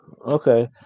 Okay